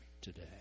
today